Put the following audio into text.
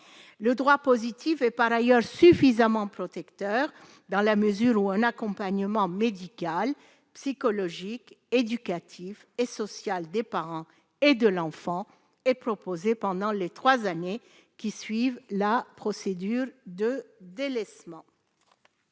le droit positif et par ailleurs suffisamment protecteur dans la mesure où un accompagnement médical, psychologique, éducatif et social des parents et de l'enfant et proposé pendant les 3 années qui suivent la procédure de délaissement,